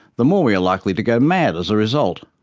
the more we are likely to go mad as a result.